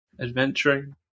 adventuring